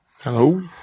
Hello